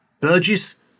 Burgess